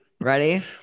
Ready